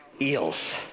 eels